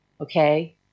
okay